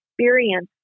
Experience